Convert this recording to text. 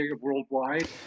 worldwide